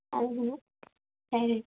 అవును సరే